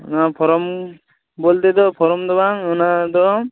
ᱱᱚᱶᱟ ᱯᱷᱚᱨᱚᱢ ᱵᱚᱞᱛᱮᱫᱚ ᱯᱷᱚᱨᱚᱢ ᱫᱚ ᱵᱟᱝ ᱚᱱᱟᱫᱚ